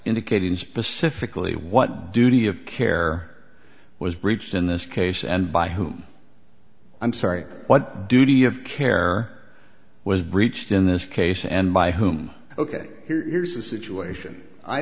indicating specifically what duty of care was breached in this case and by whom i'm sorry what duty of care was breached in this case and by whom ok here's the situation i